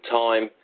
time